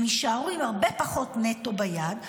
הם יישארו עם הרבה פחות נטו ביד,